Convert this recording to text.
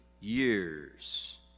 years